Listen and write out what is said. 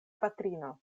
patrino